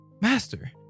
Master